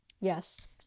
Yes